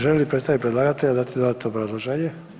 Želi li predstavnik predlagatelja dati dodatno obrazloženje.